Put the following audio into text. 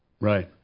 Right